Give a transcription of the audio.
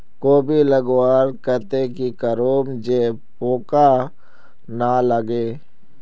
कोबी लगवार केते की करूम जे पूका ना लागे?